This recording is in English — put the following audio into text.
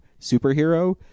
superhero